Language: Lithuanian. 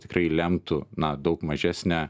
tikrai lemtų na daug mažesnę